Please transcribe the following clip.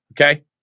Okay